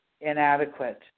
inadequate